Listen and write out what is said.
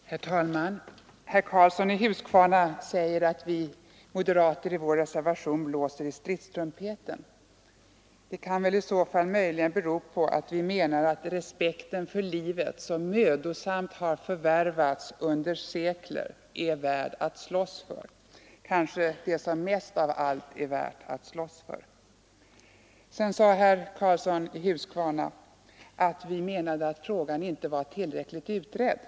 Herr talman! Herr Karlsson i Huskvarna säger att vi moderater i vår reservation blåser i stridstrumpeten. Det kan i så fall möjligen bero på att vi menar att den respekt för livet som mödosamt har förvärvats under sekler är värd att slåss för, kanske det som mest av allt är värt att slåss för. Herr Karlsson i Huskvarna säger vidare att vi menar att frågan inte är tillräckligt utredd.